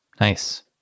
Nice